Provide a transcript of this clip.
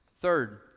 Third